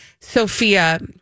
sophia